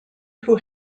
who